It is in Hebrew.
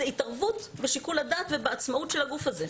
זו התערבות בשיקול הדעת ובעצמאות של הגוף הזה,